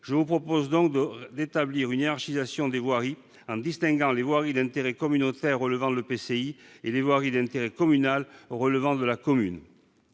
je propose d'établir une hiérarchisation des voiries, en distinguant les voiries d'intérêt communautaire, relevant de l'EPCI, et les voiries d'intérêt communal, relevant de la commune.